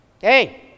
Hey